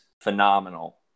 phenomenal